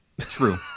True